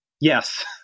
yes